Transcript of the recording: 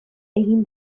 egin